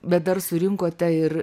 bet dar surinkote ir